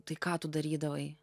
tai ką tu darydavai